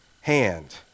hand